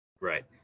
right